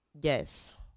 Yes